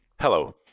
Hello